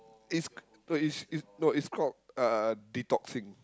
it's no it's it's no it's called uh detoxing